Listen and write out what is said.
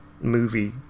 movie